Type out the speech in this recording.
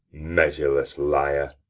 measureless liar,